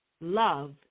love